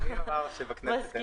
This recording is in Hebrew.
מי אמר שבכנסת אין הסכמות?